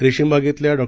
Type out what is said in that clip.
रेशीमबागेतल्याडॉ